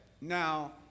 Now